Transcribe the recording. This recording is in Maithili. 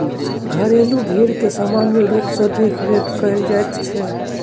घरेलू भेंड़ के सामान्य रूप सॅ देखरेख कयल जाइत छै